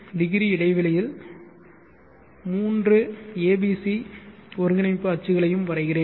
1200 இடைவெளியில் 3 abc ஒருங்கிணைப்பு அச்சுகளையும் வரைகிறேன்